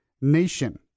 nation